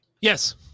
yes